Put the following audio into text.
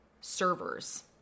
servers